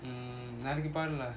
mmhmm நாளைக்கி பாருல:nalaiki paarula